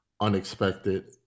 unexpected